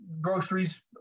groceries